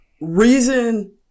reason